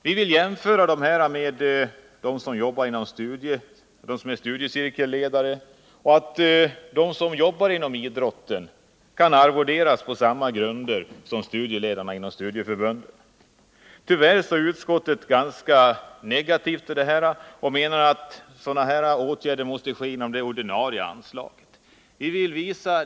Vi vill för det andra jämföra dessa människor med dem som är studiecirkelledare och anser att de som jobbar inom idrotten skall arvoderas på samma grunder som studieledarna inom studieförbunden. Tyvärr är utskottet ganska negativt till vårt förslag och anför att dylika åtgärder måste vidtas inom det ordinarie anslaget.